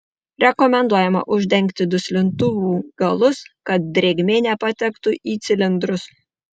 rekomenduojama uždengti duslintuvų galus kad drėgmė nepatektų į cilindrus